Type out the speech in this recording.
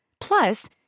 Plus